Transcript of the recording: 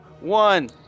one